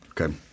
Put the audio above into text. Okay